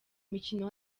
mikino